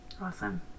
Awesome